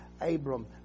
Abram